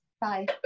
Bye